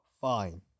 Fine